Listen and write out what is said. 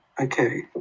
Okay